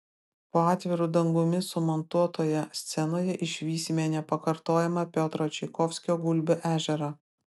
po atviru dangumi sumontuotoje scenoje išvysime nepakartojamą piotro čaikovskio gulbių ežerą